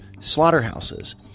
slaughterhouses